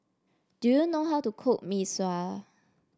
do you know how to cook Mee Sua